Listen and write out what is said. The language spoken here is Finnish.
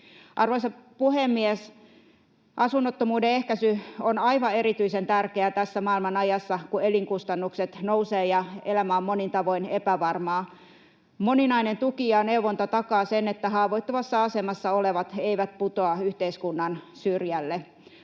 Arvoisa puhemies! Asunnottomuuden ehkäisy on aivan erityisen tärkeää tässä maail-manajassa, kun elinkustannukset nousevat ja elämä on monin tavoin epävarmaa. Moninainen tuki ja neuvonta takaa sen, että haavoittuvassa asemassa olevat eivät putoa yhteiskunnan syrjälle.